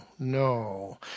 No